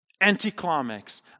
anticlimax